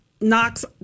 knocks